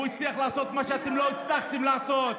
הוא הצליח לעשות מה שאתם לא הצלחתם לעשות.